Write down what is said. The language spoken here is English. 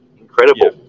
Incredible